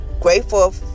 grateful